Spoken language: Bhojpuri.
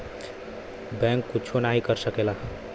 बैंक कुच्छो नाही कर सकेला